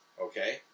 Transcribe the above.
okay